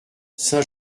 saint